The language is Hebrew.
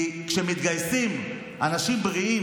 כי כשמתגייסים אנשים בריאים,